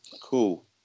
cool